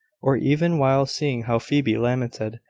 or even while seeing how phoebe lamented,